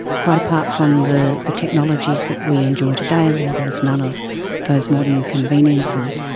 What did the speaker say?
quite apart from the the technologies that we enjoy today, you know, there was none of those modern conveniences.